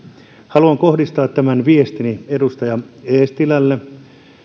haluan kohdistaa tämän viestini edustaja eestilälle